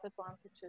advantages